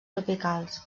tropicals